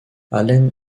allen